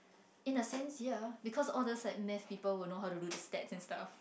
in a sense ya because all those like maths people will know how to do the stats and stuff